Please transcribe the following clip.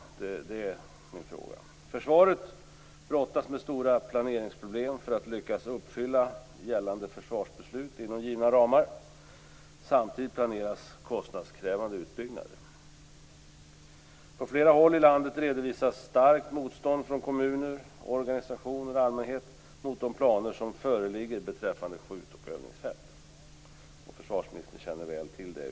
Det är min fråga. Försvaret brottas med stora planeringsproblem för att lyckas uppfylla gällande försvarsbeslut inom givna ramar. Samtidigt planeras kostnadskrävande utbyggnader. På flera håll i landet redovisas starkt motstånd från kommuner, organisationer och allmänhet mot de planer som föreligger beträffande skjut och övningsfält. Jag utgår från att försvarsministern känner väl till detta.